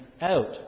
out